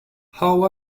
how